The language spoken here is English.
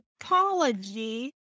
apology